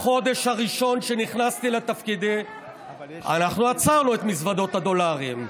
בחודש הראשון שנכנסתי לתפקידי אנחנו עצרנו את מזוודות הדולרים.